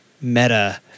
meta